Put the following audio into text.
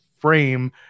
frame